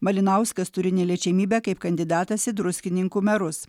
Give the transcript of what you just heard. malinauskas turi neliečiamybę kaip kandidatas į druskininkų merus